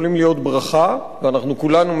ואנחנו כולנו מקווים שהם יהיו ברכה,